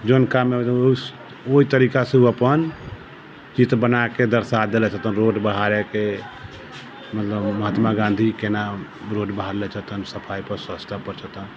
जोन कारण ओहि तरीकासँ ओ अपन चित्र बनाके दर्शा देलै जेथून रोड बहारे के मतलब महात्मा गांधी केना रोड बहारले छथून सफाइ पर स्वच्छता पर